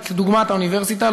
כדוגמת האוניברסיטה,